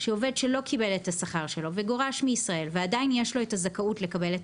עובד שלא קיבל את השכר וגורש מישראל ועדיין יש לו את הזכאות לקבל את